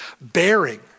bearing